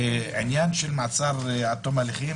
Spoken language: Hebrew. ולעניין מעצר עד תום ההליכים